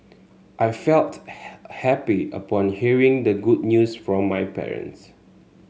I felt happy upon hearing the good news from my parents